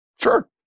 Sure